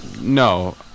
No